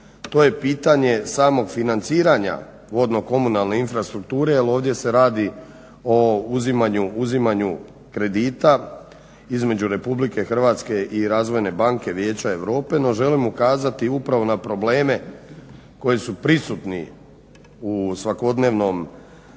to je pitanje samog financiranja vodno-komunalne infrastrukture jer ovdje se radi o uzimanju kredita između Republike Hrvatske i Razvojne banke Vijeća Europe, no želim ukazati upravo na probleme koji su prisutni u svakodnevnom